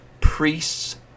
priests